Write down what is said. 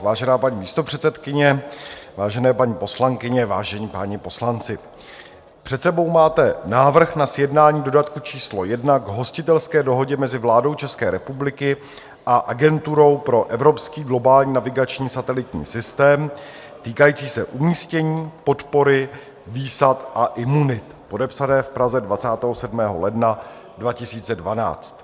Vážená paní místopředsedkyně, vážené paní poslankyně, vážení páni poslanci, před sebou máte návrh na sjednání dodatku číslo 1 k hostitelské dohodě mezi vládou České republiky a Agenturou pro evropský globální navigační satelitní systém, týkající se umístění, podpory, výsad a imunit, podepsané v Praze 27. ledna 2012.